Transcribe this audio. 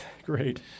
Great